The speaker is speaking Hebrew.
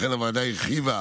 לכן, הוועדה הרחיבה